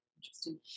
Interesting